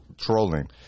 trolling